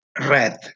red